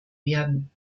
werden